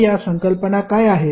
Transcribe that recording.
तर त्या संकल्पना काय आहेत